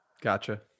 Gotcha